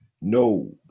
no